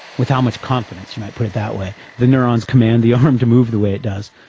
with how much confidence, you might put it that way, the neurons command the arm to move the way it does.